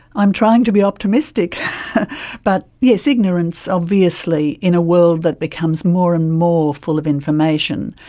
i'm trying to be optimistic but yes, ignorance obviously in a world that becomes more and more full of information,